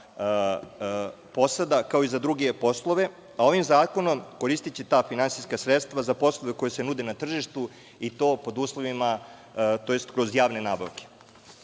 posada, kao i za druge poslove, a ovim zakonom koristiće ta finansijska sredstva za poslove koja se nude na tržištu i to pod uslovima, tj kroz javne nabavke. Ovde